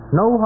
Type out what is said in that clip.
no